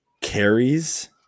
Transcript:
carries